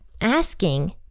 asking